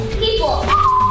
people